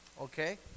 Okay